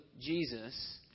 Jesus